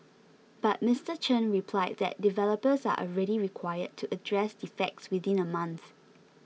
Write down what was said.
but Mister Chen replied that developers are already required to address defects within a month